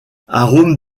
arômes